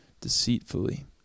deceitfully